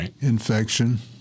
infection